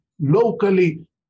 locally